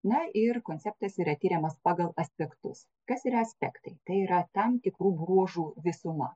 na ir konceptas yra tiriamas pagal aspektus kas yra aspektai tai yra tam tikrų bruožų visuma